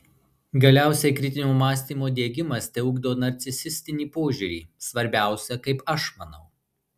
galiausiai kritinio mąstymo diegimas teugdo narcisistinį požiūrį svarbiausia kaip aš manau